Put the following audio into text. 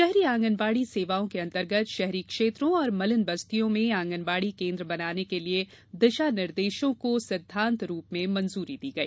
शहरी आगनबाड़ी सेवाओं के अंतर्गत शहरी क्षेत्रों और मलिन बस्तियों में आगनबाड़ी केन्द्र बनाने के लिए दिशा निर्देशों को सिद्धांत रूप में मंजूरी दी गई